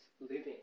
living